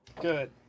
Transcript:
Good